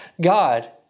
God